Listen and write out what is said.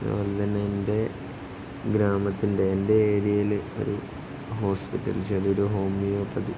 അതുപോലെ തന്നെ എൻ്റെ ഗ്രാമത്തിൻ്റെ എൻ്റെ ഏരിയയില് ഒരു ഹോസ്പിറ്റൽ അതൊരു ഹോമിയോപ്പതി